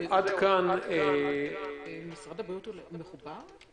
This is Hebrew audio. משרד הבריאות מחובר?